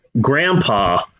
Grandpa